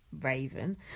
Raven